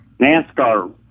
NASCAR